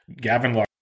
Gavin